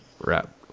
Wrap